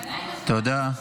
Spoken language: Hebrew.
תודה.